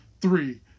three